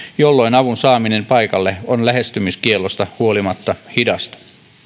jolloin avun saaminen paikalle on lähestymiskiellosta huolimatta hidasta